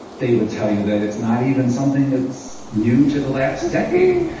they would tell you that it's not even something that's new to the last decade.